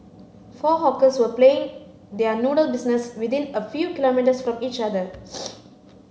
four hawkers were playing their noodle business within a few kilometres from each other